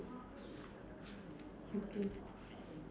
okay